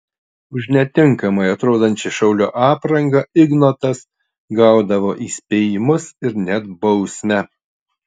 už netinkamai atrodančią šaulio aprangą ignotas gaudavo įspėjimus ir net bausmę